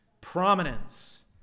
prominence